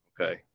Okay